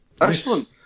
Excellent